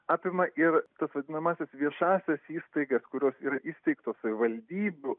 apima ir tas vadinamąsias viešąsias įstaigas kurios yra įsteigtos savivaldybių